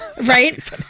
Right